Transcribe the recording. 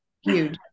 Huge